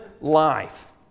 life